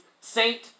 Saint